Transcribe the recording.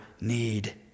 need